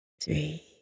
three